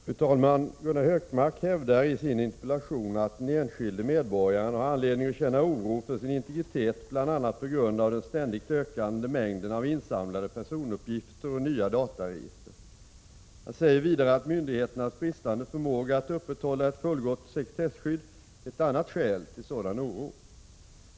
Fru talman! Gunnar Hökmark hävdar i sin interpellation att den enskilde medborgaren har anledning att känna oro för sin integritet bl.a. på grund av den ständigt ökande mängden av insamlade personuppgifter och nya dataregister. Han säger vidare att myndigheternas bristande förmåga att upprätthålla ett fullgott sekretesskydd är ett annat skäl till sådan oro.